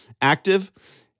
active